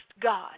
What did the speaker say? God